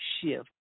shift